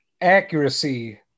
accuracy